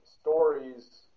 Stories